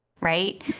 right